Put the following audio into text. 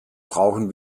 brauchen